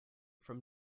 from